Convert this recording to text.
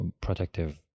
protective